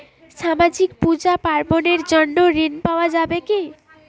সামাজিক পূজা পার্বণ এর জন্য ঋণ পাওয়া যাবে কি?